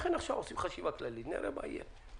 לכן עכשיו עושים חשיבה כללית ונראה מה יהיה.